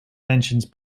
mentions